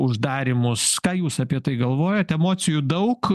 uždarymus ką jūs apie tai galvojat emocijų daug